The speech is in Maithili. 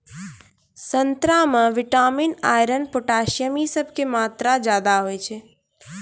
संतरा मे विटामिन, आयरन, पोटेशियम इ सभ के मात्रा ज्यादा होय छै